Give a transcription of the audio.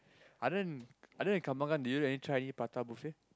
other than other than Kembangan did you any try any pratabuffet